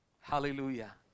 Hallelujah